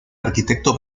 arquitecto